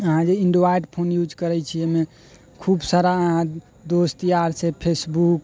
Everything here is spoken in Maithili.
अहाँ जे ऐन्ड्रॉइड फोन यूज करै छी ओहिमे खूब सारा अहाँ दोस्त यार छै फेसबुक